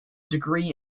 degree